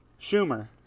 Schumer